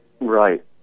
Right